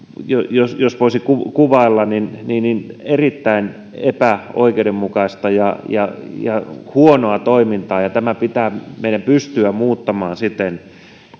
jos jos voisi kuvailla erittäin epäoikeudenmukaista ja ja huonoa toimintaa tämä pitää meidän pystyä muuttamaan siten